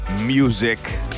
music